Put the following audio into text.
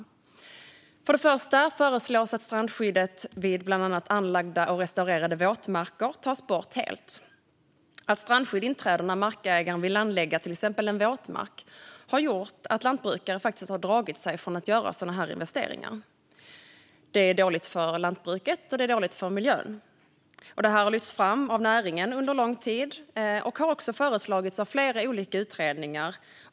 Till att börja med föreslås att strandskyddet vid bland annat anlagda och restaurerade våtmarker tas bort helt. Att strandskydd inträder när markägaren vill anlägga till exempel en våtmark har gjort att lantbrukare har dragit sig för att göra sådana investeringar. Det är dåligt för lantbruket, och det är dåligt för miljön. Detta har lyfts fram av näringen under lång tid och har föreslagits av flera olika utredningar.